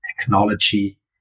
technology